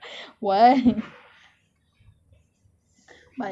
kurang ajar eh what